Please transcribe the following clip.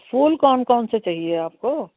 फूल कौन कौन से चाहिए आपको